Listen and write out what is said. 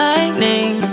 Lightning